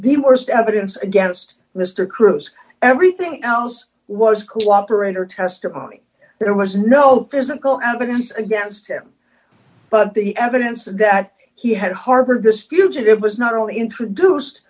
the worst evidence against mister cruz everything else was cooperator testimony there was no physical evidence against him but the evidence that he had harbored this fugitive was not only introduced